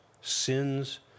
sins